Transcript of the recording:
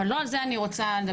אבל לא על זה אני רוצה לדבר.